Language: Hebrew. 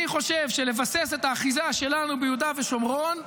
אני חושב שלבסס את האחיזה שלנו ביהודה ושומרון,